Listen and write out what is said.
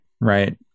right